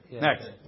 next